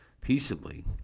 peaceably